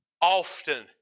often